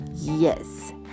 Yes